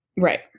Right